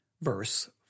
verse